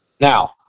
Now